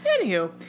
Anywho